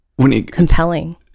compelling